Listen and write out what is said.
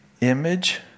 image